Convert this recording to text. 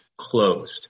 closed